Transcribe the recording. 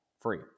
free